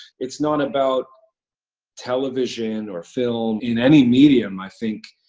it's not about television or film, in any medium, i think,